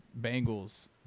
Bengals